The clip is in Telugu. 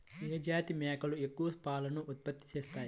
ఏ జాతి మేకలు ఎక్కువ పాలను ఉత్పత్తి చేస్తాయి?